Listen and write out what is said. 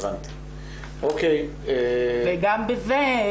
וגם בזה,